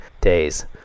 days